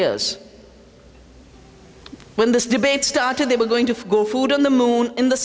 years when this debate started they were going to grow food on the moon in the